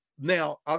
now